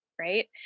right